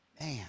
man